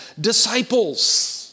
disciples